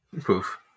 Poof